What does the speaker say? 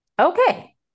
Okay